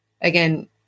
again